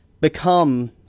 become